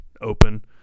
open